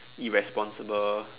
irresponsible